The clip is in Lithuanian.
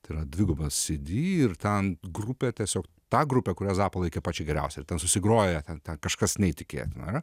tai yra dvigubas cd ir ten grupė tiesiog ta grupė kurią zappą laikė pačia geriausia ir ten susigroję ten kažkas neįtikėtina